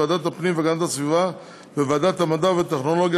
ועדת הפנים והגנת הסביבה וועדת המדע והטכנולוגיה